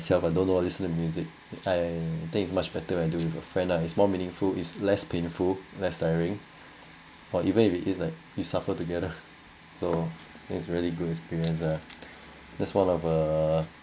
myself alone listen to music I think much better than I do with a friend is more meaningful is less painful less tiring or even if it's like you suffer together so it's really good experience ah that's one of uh